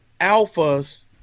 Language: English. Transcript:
alphas